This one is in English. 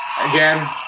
Again